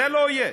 זה לא יהיה.